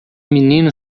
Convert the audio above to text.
menino